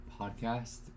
podcast